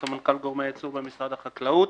סמנכ"ל גורמי הייצור במשרד החקלאות.